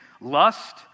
lust